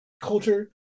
culture